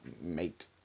make